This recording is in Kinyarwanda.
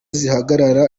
zihagarara